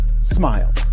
smile